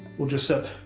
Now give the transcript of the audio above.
we'll just set